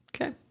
Okay